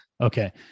okay